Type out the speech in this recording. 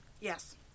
Yes